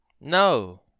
No